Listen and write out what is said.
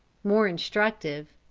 more instructive.